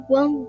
one